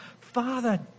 Father